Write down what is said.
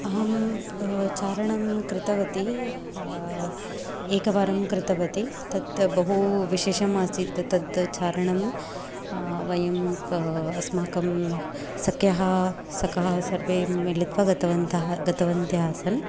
अहं चारणं कृतवती एकवारं कृतवती तत् बहूविशेषमासीत् तत् चारणं वयं तु अस्माकं सख्यः सखा सर्वे मिलित्वा गतवन्तः गतवत्यः आसन्